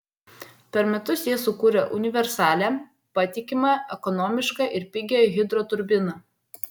per metus jie sukūrė universalią patikimą ekonomišką ir pigią hidroturbiną